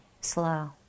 slow